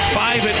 five